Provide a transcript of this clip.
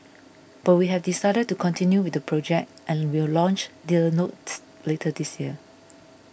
but we have decided to continue with the project and will launch the notes later this year